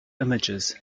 images